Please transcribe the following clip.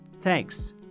Thanks